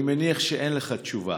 אני מניח שאין לך תשובה